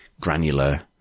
granular